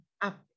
up